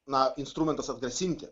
na instrumentas atgrasinti